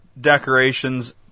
decorations